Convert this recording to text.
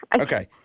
Okay